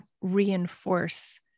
reinforce